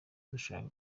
dushaka